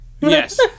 Yes